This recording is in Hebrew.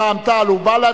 רע"ם-תע"ל ובל"ד,